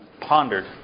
pondered